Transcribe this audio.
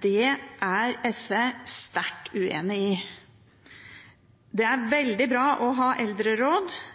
Det er SV sterkt uenig i. Det er veldig bra å ha eldreråd, det er mange virkeligheter også blant eldre.